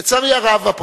לצערי הרב, הפרקליטות,